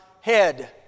head